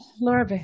Laura